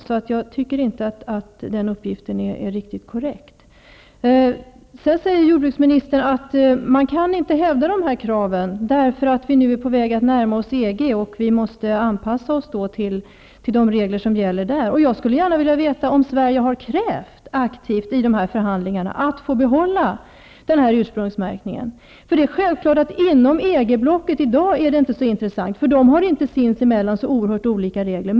Sedan säger jordbruksministern att vi inte kan hävda de här kraven därför att vi nu närmar oss EG och måste anpassa oss till de regler som gäller där. Jag skulle gärna vilja veta om Sverige i förhandlingarna aktivt har krävt att få behålla ursprungsmärkningen. Det är självklart att den frågan inte är så intressant inom EG-blocket, där länderna sinsemellan inte har så olika regler.